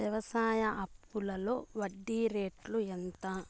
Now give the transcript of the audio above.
వ్యవసాయ అప్పులో వడ్డీ రేట్లు ఎంత?